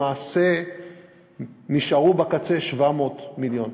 למעשה נשארו בקצה 700 מיליון.